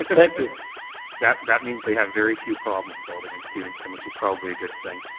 ah that that means they have very few problems, alderman stevenson, which is probably a good thing.